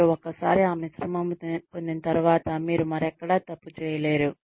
మీరు ఒక్కసారి ఆ మిశ్రమం పొందిన తర్వాత మీరు మరెక్కడా తప్పు చేయలేరు